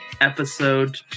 episode